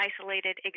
isolated